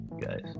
guys